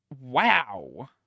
Wow